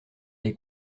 les